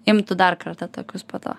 imtų dar kartą tokius po to